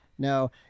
No